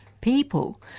people